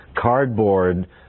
cardboard